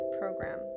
program